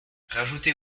rajouter